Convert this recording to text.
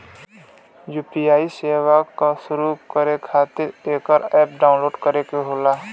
UPI सेवा क शुरू करे खातिर एकर अप्प डाउनलोड करे क होला